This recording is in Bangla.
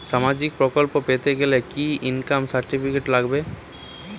সামাজীক প্রকল্প পেতে গেলে কি ইনকাম সার্টিফিকেট লাগবে?